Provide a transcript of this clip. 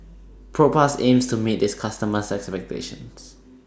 Propass aims to meet its customers' expectations